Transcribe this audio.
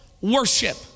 worship